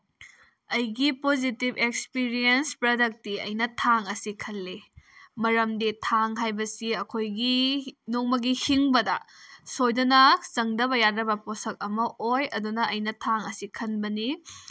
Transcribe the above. ꯑꯩꯒꯤ positive experience ꯄ꯭ꯔꯗꯛꯇꯤ ꯑꯩꯅ ꯊꯥꯡ ꯑꯁꯤ ꯈꯜꯂꯤ ꯃꯔꯝꯗꯤ ꯊꯥꯡ ꯍꯥꯏꯕꯁꯤ ꯑꯩꯈꯣꯏꯒꯤ ꯅꯣꯡꯃꯒꯤ ꯍꯤꯡꯕꯗ ꯁꯣꯏꯗꯅ ꯆꯪꯗꯕ ꯌꯥꯗꯕ ꯄꯣꯠꯁꯛ ꯑꯃ ꯑꯣꯏ ꯑꯗꯨꯅ ꯑꯩꯅ ꯊꯥꯡ ꯑꯁꯤ ꯈꯟꯕꯅꯤ